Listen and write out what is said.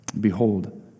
Behold